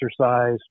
exercise